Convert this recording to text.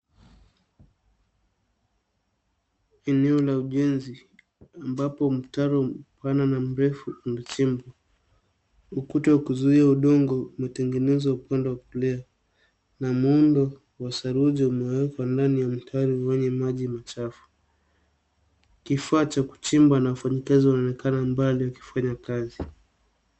Eneo la ujenzi ambapo mtaro mpana na mrefu unachimbwa. Ukuta wa kuzuia udongo umetengenezwa upande wa kulia na muundo wa saruji umewekwa ndani ya mtaro wenye maji machafu. Kifaa cha kuchimba na wafanyikazi wanaonekana mbali wakifanya kazi.